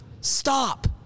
stop